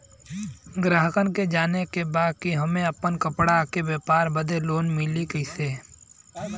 गराहक के जाने के बा कि हमे अपना कपड़ा के व्यापार बदे लोन कैसे मिली का विधि बा?